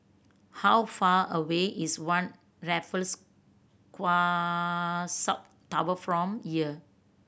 how far away is One Raffles South Tower from here